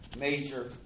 major